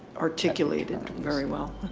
articulated very well.